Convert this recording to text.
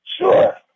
Sure